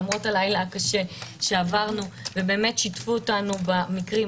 למרות הלילה הקשה שעברנו ששיתפו אותנו במקרים,